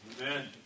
Amen